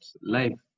life